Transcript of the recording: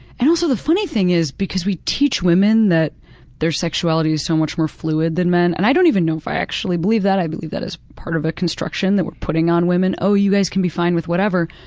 and also the funny thing is, because we teach women that their sexuality is so much more fluid than men and i don't even know if i actually believe that, i believe that's part of a construction that we're putting on women. oh, you guys can be fine with whatever.